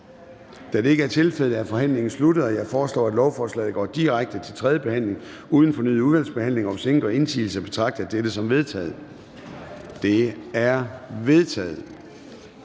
Da det ikke er tilfældet, er forhandlingen sluttet. Jeg foreslår, at lovforslaget går direkte til tredje behandling uden fornyet udvalgsbehandling. Hvis ingen gør indsigelse, betragter jeg dette som vedtaget. Det er vedtaget.